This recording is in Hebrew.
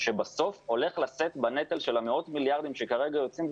שבסוף הולך לשאת בנטל של המאות מיליארדים שכרגע יוצאים,